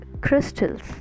crystals